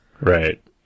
Right